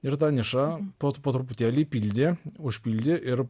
ir tą nišą po po truputėlį pildė užpildė ir